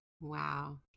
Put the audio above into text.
wow